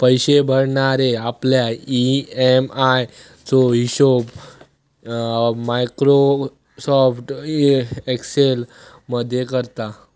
पैशे भरणारे आपल्या ई.एम.आय चो हिशोब मायक्रोसॉफ्ट एक्सेल मध्ये करता